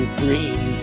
green